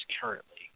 currently